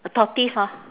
a tortoise orh